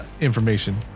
information